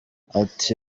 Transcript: ati